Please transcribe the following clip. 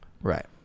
right